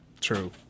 True